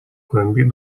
głębi